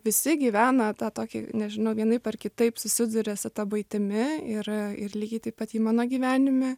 visi gyvena tą tokį nežinau vienaip ar kitaip susiduria su ta buitimi yra ir lygiai taip pat ji mano gyvenime